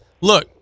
Look